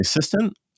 assistant